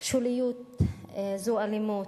שוליות זו אלימות,